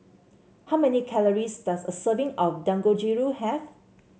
how many calories does a serving of Dangojiru have